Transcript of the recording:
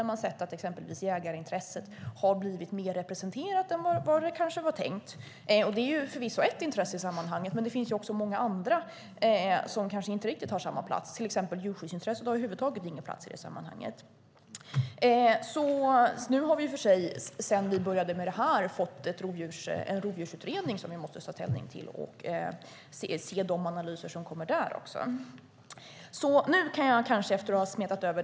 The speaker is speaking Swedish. Vi har till exempel sett att jägarintresset har blivit mer representerat än vad som kanske var tänkt. Det är förvisso ett intresse i sammanhanget, men det finns många andra som kanske inte har samma plats. Djurskyddsintresset har över huvud taget ingen plats i det sammanhanget. Sedan vi började med detta har vi i och för sig fått en rovdjursutredning som vi måste ta ställning till, och vi måste också se vilka analyser som kommer fram där.